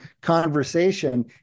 conversation